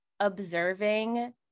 observing